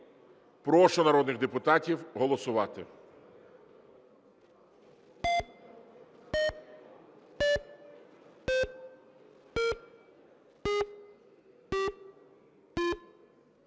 Прошу народних депутатів голосувати.